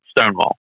stonewall